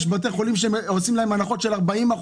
יש בתי חולים שעושים להם הנחות של 40%,